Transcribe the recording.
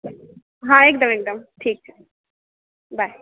हँ एकदम एकदम ठीक छै बाय